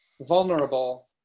vulnerable